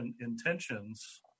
intentions